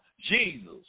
Jesus